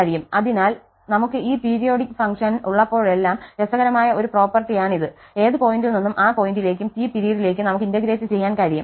അതിനാൽ നമുക് ഈ പീരിയോഡിക് ഫംഗ്ഷൻ ഉള്ളപ്പോഴെല്ലാം രസകരമായ ഒരു പ്രോപ്പർട്ടിയാണിത് ഏത് പോയിന്റിൽ നിന്നും ആ പോയിന്റിലേക്കും T പിരീഡിലേക്കും നമുക്ക് ഇന്റഗ്രേറ്റ് ചെയ്യാൻ കഴിയും